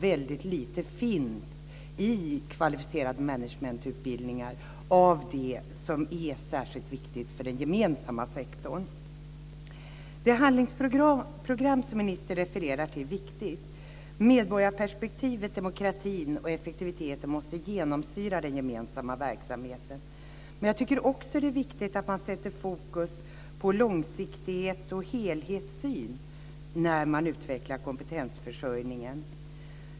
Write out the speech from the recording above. Väldigt lite finns i kvalificerade managementutbildningar av det som är särskilt viktigt för den gemensamma sektorn. Det handlingsprogram som ministern refererar till är viktigt. Medborgarperspektivet, demokratin och effektiviteten måste gensomsyra den gemensamma verksamheten. Men jag tycker också att det är viktigt att man sätter fokus på långsiktighet och helhetssyn när man utvecklar kompetensförsörjningen.